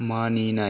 मानिनाय